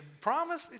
promise